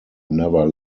never